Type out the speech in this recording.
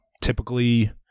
typically